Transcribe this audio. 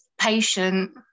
patient